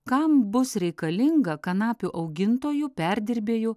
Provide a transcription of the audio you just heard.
kam bus reikalinga kanapių augintojų perdirbėjų